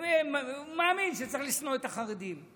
שצריך לשנוא את החרדים.